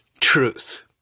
truth